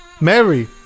Mary